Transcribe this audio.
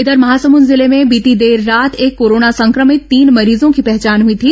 इंधर महासमुंद जिले में बीती देर रात तक कोरोना संक्रमित तीन मरीजों की पहचान हुई थी